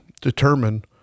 determine